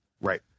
Right